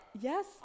Yes